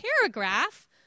paragraph